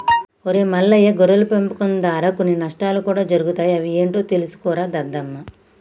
ఒరై మల్లయ్య గొర్రెల పెంపకం దారా కొన్ని నష్టాలు కూడా జరుగుతాయి అవి ఏంటో తెలుసుకోరా దద్దమ్మ